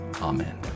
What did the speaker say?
Amen